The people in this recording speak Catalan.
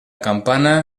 campana